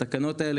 התקנות האלה,